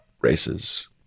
races